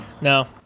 no